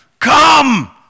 Come